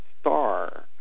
star